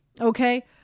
Okay